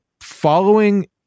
following